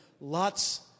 lots